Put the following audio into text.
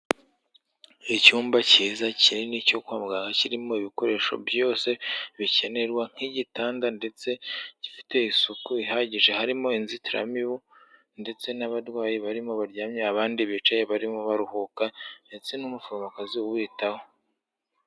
Icyumba cyiza kinini cyo kwa muganga kirimo ibikoresho byose bikenerwa nk'igitanda ndetse gifite isuku ihagije, harimo inzitiramibu ndetse n'abarwayi barimo baryamye, abandi bicaye barimo baruhuka ndetse n'umuforomokazi ubitaho.